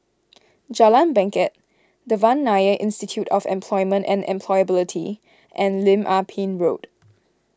Jalan Bangket Devan Nair Institute of Employment and Employability and Lim Ah Pin Road